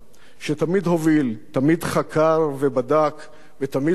תמיד חקר ובדק ותמיד בסוף גם ידע לבצע,